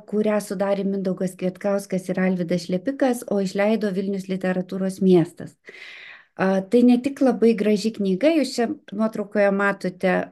kurią sudarė mindaugas kvietkauskas ir alvydas šlepikas o išleido vilnius literatūros miestas a tai ne tik labai graži knyga ir čia nuotraukoje matote